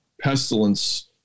pestilence